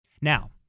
Now